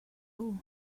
all